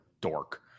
dork